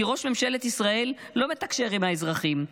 כי ראש ממשלת ישראל לא מתקשר עם האזרחים.